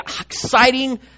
exciting